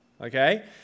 okay